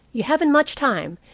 you haven't much time,